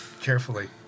Carefully